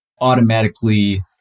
automatically